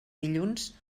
dilluns